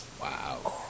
Wow